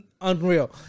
unreal